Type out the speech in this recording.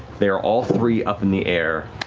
they are all three up in the air,